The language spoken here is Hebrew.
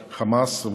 חמאס.